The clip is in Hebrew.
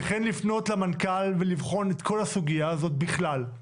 וכן לפנות למנכ"ל ולבחון את כל הסוגיה הזאת בכלל.